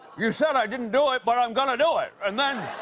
you said i didn't do it, but i'm going to do it. and then